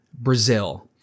Brazil